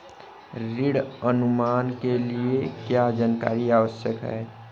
ऋण अनुमान के लिए क्या जानकारी आवश्यक है?